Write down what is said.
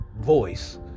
voice